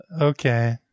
Okay